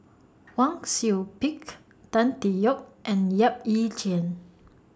Wang Sui Pick Tan Tee Yoke and Yap Ee Chian